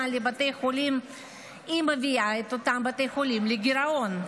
לבתי חולים מביאה את אותם בתי חולים לגירעון.